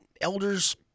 Elder's